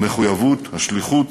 המחויבות, השליחות,